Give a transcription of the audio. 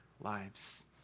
lives